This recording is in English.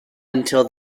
until